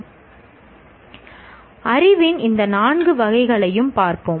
Refer Slide Time 0457 அறிவின் இந்த நான்கு வகைகளையும் பார்ப்போம்